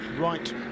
Right